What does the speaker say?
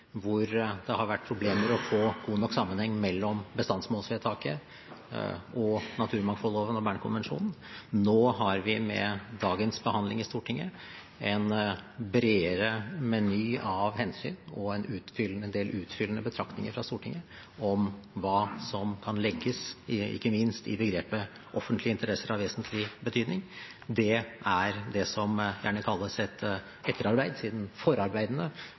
hvor det har vært problemer med å få god nok sammenheng mellom bestandsmålsvedtaket, naturmangfoldloven og Bern-konvensjonen. Nå har vi med dagens behandling i Stortinget en bredere meny av hensyn og en del utfyllende betraktninger fra Stortinget, ikke minst om hva som kan legges i begrepet «offentlige interesser av vesentlig betydning». Det er det som gjerne kalles et etterarbeid. Siden